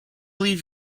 leave